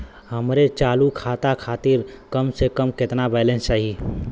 हमरे चालू खाता खातिर कम से कम केतना बैलैंस चाही?